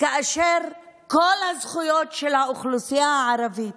עם כל הזכויות של האוכלוסייה הערבית,